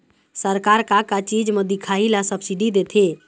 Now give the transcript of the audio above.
सरकार का का चीज म दिखाही ला सब्सिडी देथे?